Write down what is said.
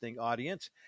audience